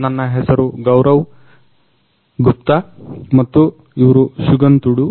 ನನ್ನ ಹೆಸ್ರು ಗೌರಮ್ ಗುಪ್ತ ಮತ್ತು ಇವ್ರು ಶಗುನ್ ತುಡು